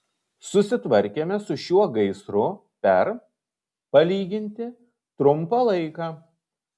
susitvarkėme su šiuo gaisru per palyginti trumpą laiką